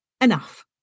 enough